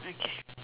okay